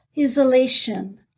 isolation